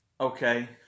Okay